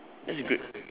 that's great